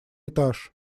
этаж